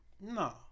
no